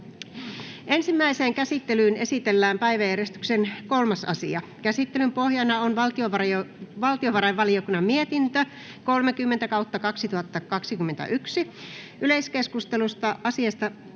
Ensimmäiseen käsittelyyn esitellään päiväjärjestyksen 3. asia. Käsittelyn pohjana on valtiovarainvaliokunnan mietintö VaVM 30/2021 vp. Yleiskeskustelu asiasta